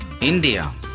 India